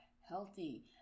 healthy